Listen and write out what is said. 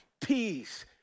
peace